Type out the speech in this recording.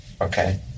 Okay